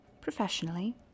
Professionally